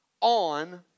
on